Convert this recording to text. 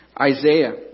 Isaiah